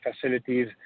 facilities